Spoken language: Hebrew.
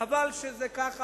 חבל שזה כך.